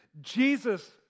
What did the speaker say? Jesus